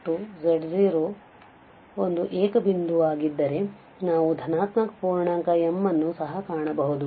ಮತ್ತು z0 ಒಂದು ಏಕ ಬಿಂದುವಾಗಿದ್ದರೆ ನಾವು ಧನಾತ್ಮಕ ಪೂರ್ಣಾಂಕ m ನ್ನು ಸಹ ಕಾಣಬಹುದು